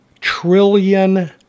trillion